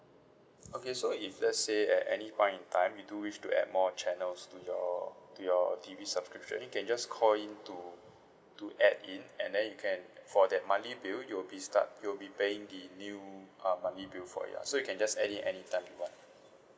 okay so if let's say at any point in time you do wish to add more channels to your to your T_V subscription you can just call in to to add in and then you can for that monthly bill you will be start you'll be paying the new uh monthly bill for ya so you can just add in anytime you want